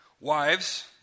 Wives